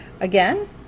again